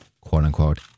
quote-unquote